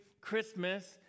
Christmas